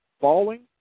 falling